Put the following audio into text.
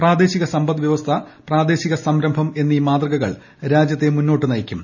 പ്രാദേശിക സമ്പദ്വൃവസ്ഥ പ്രാദേശിക സംരംഭം എന്നീ മാതൃകകൾ രാജ്യത്തെ മുന്നോട്ട് നയിക്കും